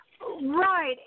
right